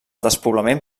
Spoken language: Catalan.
despoblament